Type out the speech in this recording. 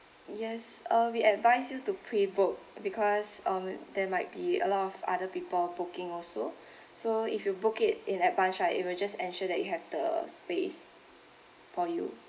yes uh we advise you to pre-book because um there might be a lot of other people booking also so if you book it in advance right it will just ensure that you have the space for you